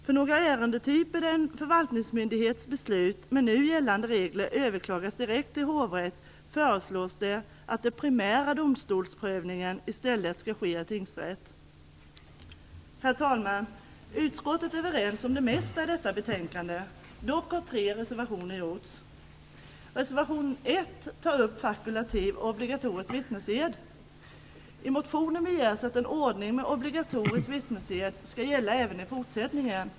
För några ärendetyper där en förvaltningsmyndighets beslut med nu gällande regler överklagas direkt till hovrätt föreslås det att den primära domstolsprövningen i stället skall ske i tingsrätt. Herr talman! Utskottet är överens om det mesta i detta betänkande. Dock har tre reservationer avgivits. I motionen begärs att den ordning med obligatorisk vittnesed skall gälla även i fortsättningen.